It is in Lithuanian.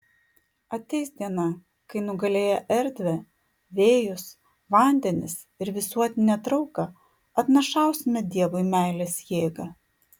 ateis diena kai nugalėję erdvę vėjus vandenis ir visuotinę trauką atnašausime dievui meilės jėgą